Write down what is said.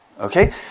Okay